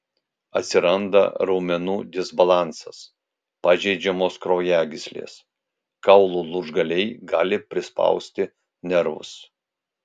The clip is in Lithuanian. atsiranda raumenų disbalansas pažeidžiamos kraujagyslės kaulų lūžgaliai gali prispausti nervus